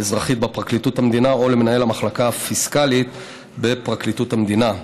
אזרחית בפרקליטות המדינה או למנהל המחלקה הפיסקלית בפרקליטות המדינה.